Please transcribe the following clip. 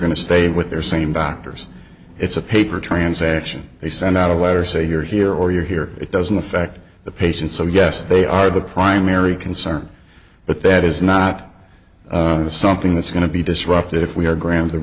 to stay with their same doctors it's a paper transaction they send out a letter say you're here or you're here it doesn't affect the patient so yes they are the primary concern but that is not something that's going to be disrupted if we are gra